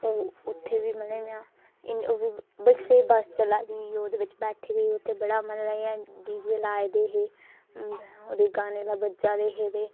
ओह् उत्थै बी मतलब में बड़ी स्हेई बस चलै दी ही ओह्दे बिच बैठी दी ही उत्थै बड़ा मजे दे इ'यां डी जे लाए दे हे ओह्दे च गाने बज्जा दे हे ते